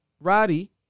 Roddy